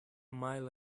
mile